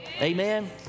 Amen